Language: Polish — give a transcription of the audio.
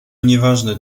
nieważne